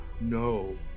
no